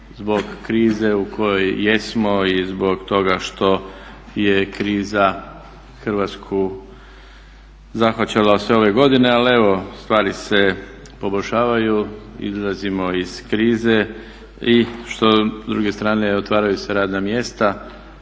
zbog krize u kojoj jesmo i zbog toga što je kriza Hrvatsku zahvaćala sve ove godine. Ali evo stvari se poboljšavaju, izlazimo iz krize i s druge strane otvaraju se radna mjesta,